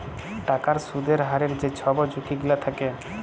টাকার সুদের হারের যে ছব ঝুঁকি গিলা থ্যাকে